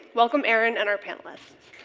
welcome aaron and our panelists.